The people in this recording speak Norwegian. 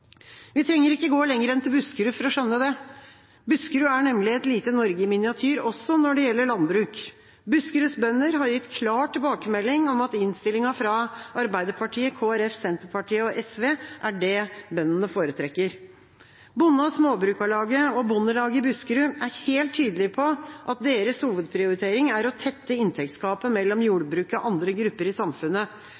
Vi trenger ikke gå lenger enn til Buskerud for å skjønne det. Buskerud er nemlig et lite Norge i miniatyr, også når det gjelder landbruk. Buskeruds bønder har gitt klar tilbakemelding om at innstillinga fra Arbeiderpartiet, Kristelig Folkeparti, Senterpartiet og SV er det bøndene foretrekker. Bonde- og Småbrukarlaget og Bondelaget i Buskerud er helt tydelige på at deres hovedprioritering er å tette inntektsgapet mellom